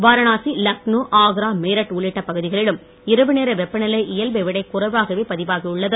வாரணாசி லக்னோ ஆக்ரா மீரட் உள்ளிட்ட பகுதிகளிலும் இரவு நேர வெப்பநிலை இயல்பை விட குறைவாகவே பதிவாகியுள்ளது